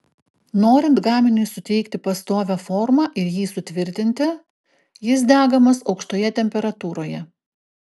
norint gaminiui suteikti pastovią formą ir jį sutvirtinti jis degamas aukštoje temperatūroje